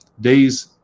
days